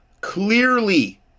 clearly